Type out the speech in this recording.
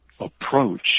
approach